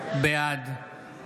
בעד